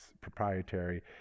proprietary